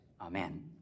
Amen